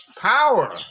power